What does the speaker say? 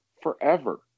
forever